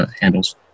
handles